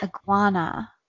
iguana